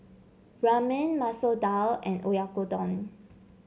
Ramen Masoor Dal and Oyakodon